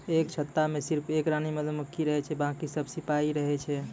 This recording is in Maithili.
एक छत्ता मॅ सिर्फ एक रानी मधुमक्खी रहै छै बाकी सब सिपाही होय छै